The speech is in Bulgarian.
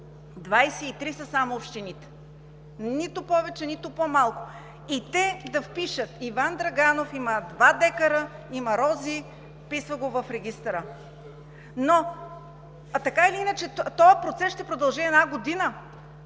са само 23 – нито повече, нито по-малко, и те да впишат, че Иван Драганов има два декара, има рози – вписва го в регистъра? Така или иначе този процес ще продължи една година,